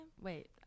Wait